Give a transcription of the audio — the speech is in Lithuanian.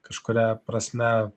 kažkuria prasme